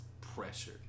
pressure